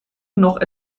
noch